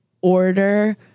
order